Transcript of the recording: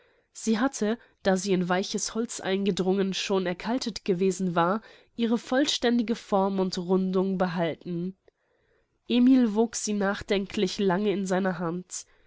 sie hatte da sie in weiches holz eingedrungen schon erkaltet gewesen war ihre vollständige form und rundung behalten emil wog sie nachdenklich lange in seiner hand